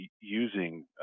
using